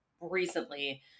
recently